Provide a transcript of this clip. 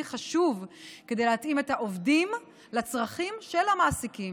חשוב כדי להתאים את העובדים לצרכים של המעסיקים.